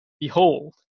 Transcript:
Behold